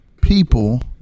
people